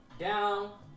Down